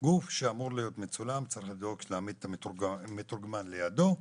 הגוף שאמור להיות מצולם צריך לדאוג להעמיד את המתורגמן לידו,